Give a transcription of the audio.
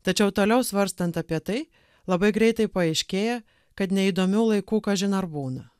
tačiau toliau svarstant apie tai labai greitai paaiškėja kad neįdomių laikų kažin ar būna